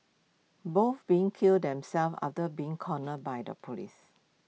both being killed themselves after being cornered by the Police